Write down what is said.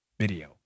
Video